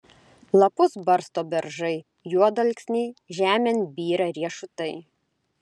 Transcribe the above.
lapus barsto beržai juodalksniai žemėn byra riešutai